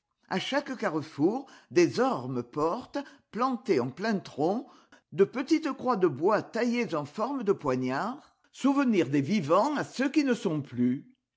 a chaque carrefour des ormes portent plantées en plein tronc de petites croix de bois taillées en forme de poignards souvenirs des vivants à ceux qui ne sont plus